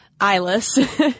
eyeless